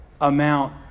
amount